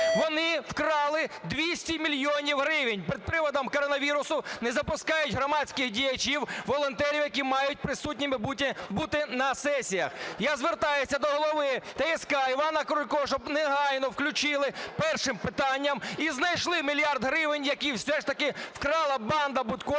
вони вкрали 200 мільйонів гривень. Під приводом коронавірусу не запускають громадських діячів, волонтерів, які мають присутніми бути на сесіях. Я звертаюсь до голови ТСК Івана Крулька, щоб негайно включили першим питанням і знайшли мільярд гривень, які все ж таки вкрала банда